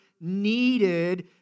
needed